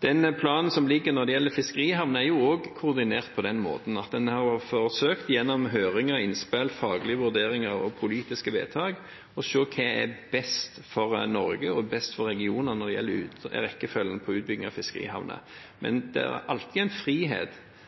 Den planen som foreligger når det gjelder fiskerihavner, er koordinert på den måten at en har forsøkt gjennom høringer, innspill, faglige vurderinger og politiske vedtak å se hva som er best for Norge og for regioner når det gjelder rekkefølgen på utbygging av fiskerihavner. Men det er alltid en frihet